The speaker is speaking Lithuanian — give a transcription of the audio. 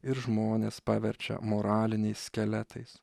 ir žmones paverčia moraliniais skeletais